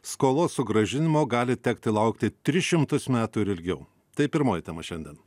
skolos sugrąžinimo gali tekti laukti tris šimtus metų ir ilgiau tai pirmoji tema šiandien